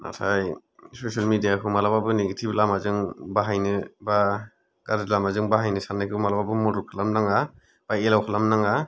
नाथाय social media खौ मालाबाबो निगेटिभ लामाजों बाहायनो बा गारजि लामाजों बाहायनो साननायखौ मालाबाबो मदद खालामनो नाङा बा एलाव खालामनो नाङा